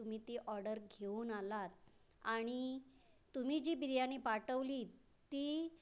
तुम्ही ती ऑर्डर घेऊन आलात आणि तुम्ही जी बिर्याणी पाठवली ती